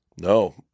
No